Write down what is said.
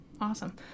Awesome